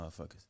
motherfuckers